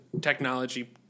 technology